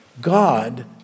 God